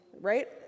Right